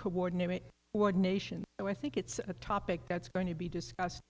coordinate ordination and i think it's a topic that's going to be discussed